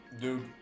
Dude